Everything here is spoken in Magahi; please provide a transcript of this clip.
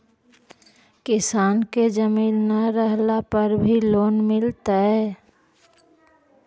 किसान के जमीन न रहला पर भी लोन मिलतइ?